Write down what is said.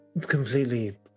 completely